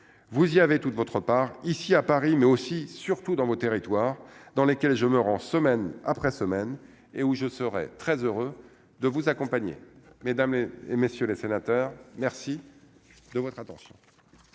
vous y avez toute votre part ici à Paris mais aussi surtout dans nos territoires dans lesquels je me rends, semaine après semaine et où je serai très heureux de vous accompagner, mesdames et messieurs les sénateurs, merci. De votre attention.